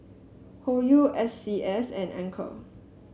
Hoyu S C S and Anchor